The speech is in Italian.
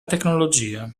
tecnologia